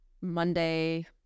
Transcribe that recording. Monday